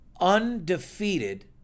Undefeated